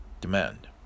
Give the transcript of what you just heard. demand